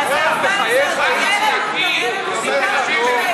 איציק, תראה לי, סגן השר,